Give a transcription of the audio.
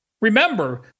Remember